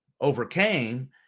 overcame